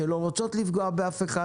שלא רוצות לפגוע באף אחד,